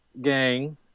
gang